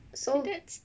so